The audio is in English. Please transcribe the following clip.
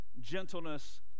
gentleness